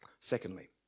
Secondly